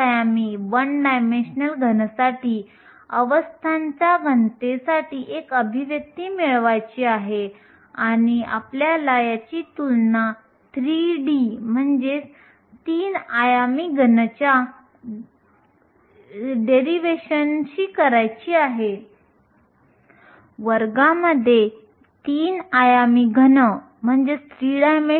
आता आम्हाला अवस्थांचा घनतेची गणना करायची आहे आणि सिलिकॉन हे एक वास्तविक स्फटिक आहे परंतु आपण एकसमान संभाव्यतेसह घनच्या गृहितकाचा वापर करू शकतो जे आपण यापूर्वी घनतेच्या एकसंध क्षमतेच्या घनतेसाठी केले होते e हे 8π2 meh3 द्वारे दिले आहे जे वाहक बँडच्या वेळा E12